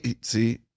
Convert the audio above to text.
See